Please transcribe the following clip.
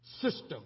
system